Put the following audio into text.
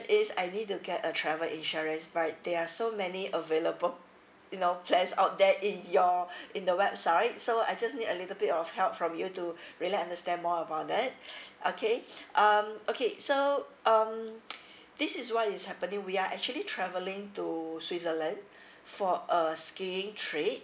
is I need to get a travel insurance right there are so many available you know plans out there in your in the website so I just need a little bit of help from you to really understand more about that okay um okay so um this is what is happening we are actually travelling to switzerland for a skiing trip